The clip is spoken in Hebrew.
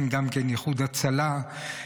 גם מאיחוד הצלה,